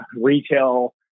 retail